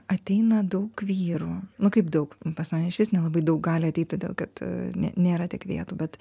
ateina daug vyrų nu kaip daug pas mane išvis nelabai daug gali ateit todėl kad ne nėra tik vietų bet